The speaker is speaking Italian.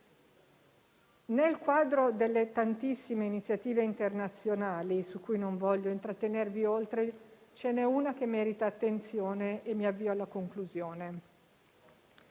Nel quadro delle tantissime iniziative internazionali, su cui non voglio intrattenervi oltre, ce n'è una che merita attenzione: è la Conferenza